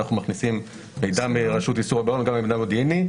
אנחנו מכניסים מידע מרשות איסור הלבנות הון למידע מודיעיני.